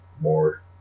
more